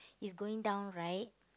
it's going down right